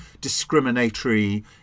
discriminatory